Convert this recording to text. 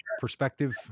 perspective